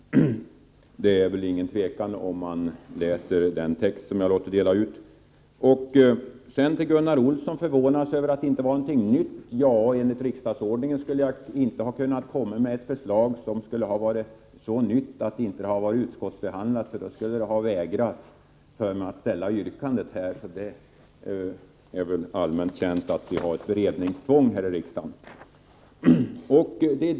Det råder väl ingen tvekan härom, om man läser det yrkande som jag har låtit dela ut. Gunnar Olsson förvånade sig över att mitt förslag inte innehöll någonting nytt. Enligt riksdagsordningen kan jag emellertid inte komma med ett förslag, som är så nytt att det måste utskottsbehandlas. Då skulle man ha vägrat mig att ställa yrkandet. Det är väl allmänt känt att det finns ett beredningstvång här i riksdagen.